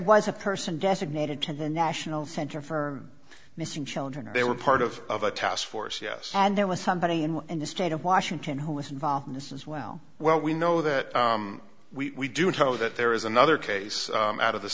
was a person designated to the national center for missing children they were part of of a task force yes and there was somebody in in the state of washington who was involved in this as well well we know that we do know that there is another case out of the